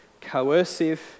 coercive